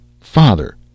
Father